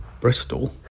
Bristol